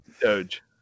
Doge